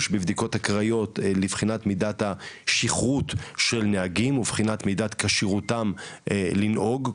בבדיקות אקראיות לבחינת מידת השכרות של נהגים ובחינת מידת כשירותם לנהוג,